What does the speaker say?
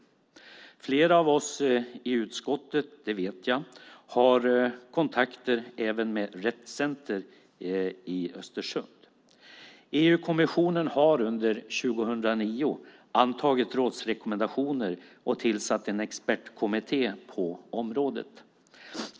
Jag vet att flera av oss i utskottet har kontakter även med Rett Center i Östersund. EU-kommissionen har under 2009 antagit rådsrekommendationer och tillsatt en expertkommitté på området.